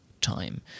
time